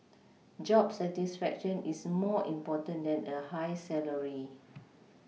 job satisfaction is more important than a high salary